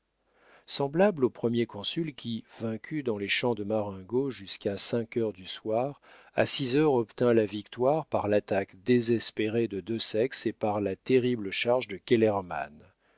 semblable au premier consul qui vaincu dans les champs de marengo jusqu'à cinq heures du soir à six heures obtint la victoire par l'attaque désespérée de desaix et par la terrible charge de